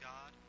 God